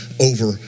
over